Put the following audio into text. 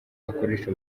akoresha